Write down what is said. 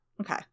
okay